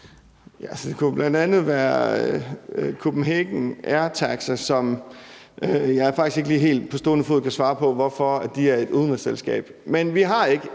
Det kunne bl.a. være Copenhagen AirTaxi, som jeg faktisk ikke lige helt på stående fod kan svare på hvorfor er et udenrigsselskab.